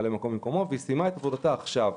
והיא סיימה את עבודת עכשיו.